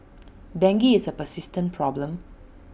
dengue is A persistent problem